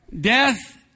death